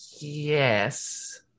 yes